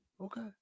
Okay